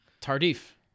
tardif